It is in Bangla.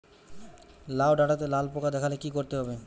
লাউ ডাটাতে লাল পোকা দেখালে কি করতে হবে?